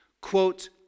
quote